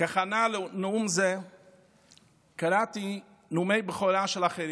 כהכנה לנאום זה קראתי נאומי בכורה של אחרים.